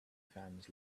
fans